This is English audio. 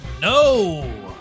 No